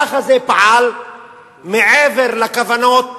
ככה זה פעל מעבר לכוונות,